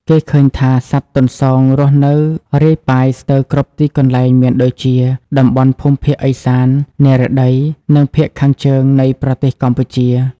គេឃើញថា សត្វទន្សោងរស់នៅរាយប៉ាយស្ទើរគ្រប់ទីកន្លែងមានដូចជា តំបន់ភូមិភាគឦសាន និរតី និងភាគខាងជើង នៃប្រទេសកម្ពុជា។